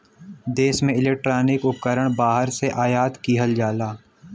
देश में इलेक्ट्रॉनिक उपकरण बाहर से आयात किहल जाला